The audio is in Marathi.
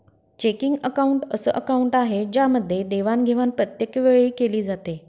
चेकिंग अकाउंट अस अकाउंट आहे ज्यामध्ये देवाणघेवाण प्रत्येक वेळी केली जाते